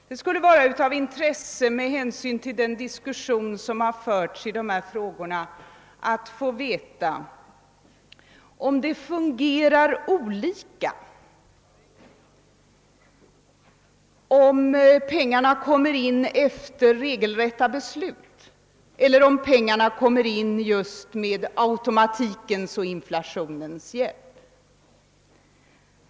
Det skulle vara av intresse med hänsyn till den diskussion som förts att få veta om det fungerar olika då pengarna kommer in efter regelrätta beslut och då pengarna kommer in med automatikens och inflationens hjälp.